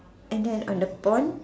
and then on the pond